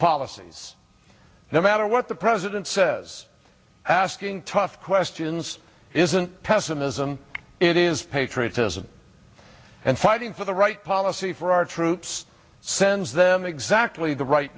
policies no matter what the president says asking tough questions isn't pessimism it is patriotism and fighting for the right policy for our troops sends them exactly the right